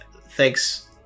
Thanks